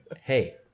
Hey